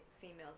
female's